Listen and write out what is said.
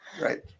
right